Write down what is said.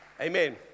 Amen